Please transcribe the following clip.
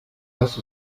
hast